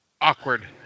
awkward